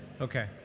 Okay